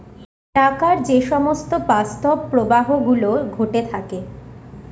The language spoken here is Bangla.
টাকার যে সমস্ত বাস্তব প্রবাহ গুলো ঘটে থাকে